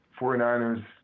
49ers